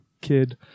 kid